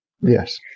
Yes